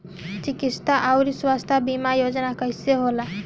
चिकित्सा आऊर स्वास्थ्य बीमा योजना कैसे होला?